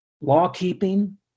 law-keeping